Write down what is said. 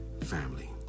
family